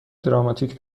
دراماتیک